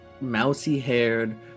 mousy-haired